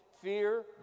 fear